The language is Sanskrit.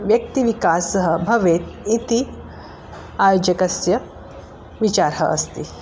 व्यक्तिविकासः भवेत् इति आयोजकस्य विचारः अस्ति